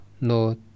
no